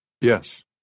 Yes